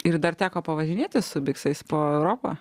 ir dar teko pavažinėti su biksais po europą